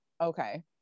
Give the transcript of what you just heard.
okay